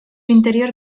interior